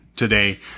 today